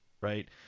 right